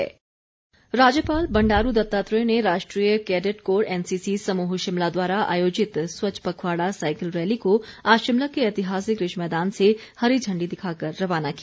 राज्यपाल राज्यपाल बंडारू दत्तात्रेय ने राष्ट्रीय कैडेट कोर एनसीसी समूह शिमला द्वारा आयोजित स्वच्छ पखवाड़ा साईकिल रैली को आज शिमला के ऐतिहासिक रिज मैदान से हरी झण्डी दिखाकर रवाना किया